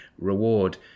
reward